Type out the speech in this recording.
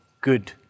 good